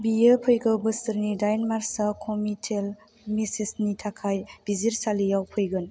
बियो फैगौ बोसोरनि दाइन मार्चआव कम्मिटेल मिसेसनि थाखाय बिजिरसालियाव फैगोन